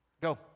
Go